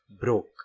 broke